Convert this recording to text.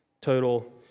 total